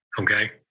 okay